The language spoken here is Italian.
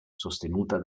sostenuta